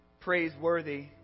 praiseworthy